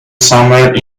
summer